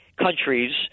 countries